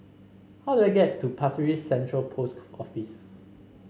how do I get to Pasir Ris Central Post Office